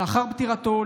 לאחר פטירתו,